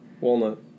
Walnut